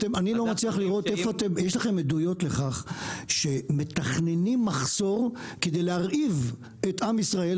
יש לכם עדויות לכך שמתכננים מחסור כדי להרעיב את עם ישראל,